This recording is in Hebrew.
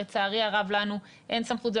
לצערי הרב לנו אין סמכות.